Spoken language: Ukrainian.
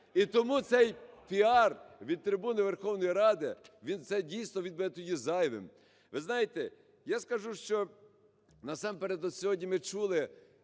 І тому цей піар від трибуни Верховної Ради, він, це дійсно він буде тоді зайвим. Ви знаєте, я скажу, що насамперед, от сьогодні ми чули,